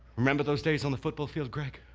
remember those days on the football fields, greg?